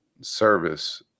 service